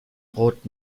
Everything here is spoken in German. brot